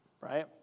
Right